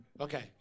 Okay